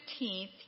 15th